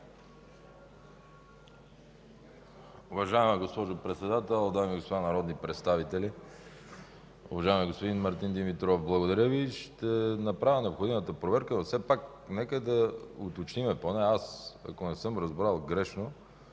Уважаема госпожо Председател, дами и господа народни представители! Уважаеми господин Мартин Димитров, благодаря Ви, ще направя необходимата проверка. Все пак нека да уточним – ако не съм разбрал грешно,